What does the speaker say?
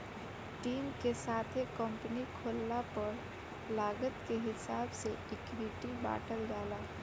team के साथे company खोलला पर लागत के हिसाब से इक्विटी बॉटल जाला